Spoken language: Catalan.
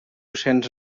cents